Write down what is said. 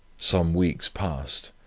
some weeks passed,